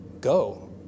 go